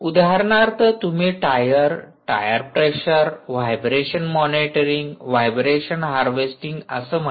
उदाहरणार्थ तुम्ही tyre tyre pressure vibration monitoring vibration हार्वेस्टिंगअस म्हणा